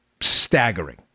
staggering